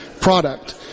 product